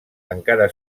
encara